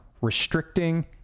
restricting